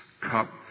cup